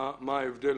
שאלו אותו מה ההבדל,